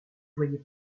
voyez